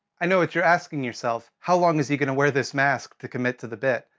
i know what you're asking yourself how long is he gonna wear this mask to commit to the bit?